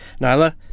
Nyla